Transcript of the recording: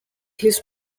his